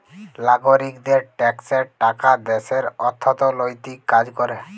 লাগরিকদের ট্যাক্সের টাকা দ্যাশের অথ্থলৈতিক কাজ ক্যরে